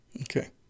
Okay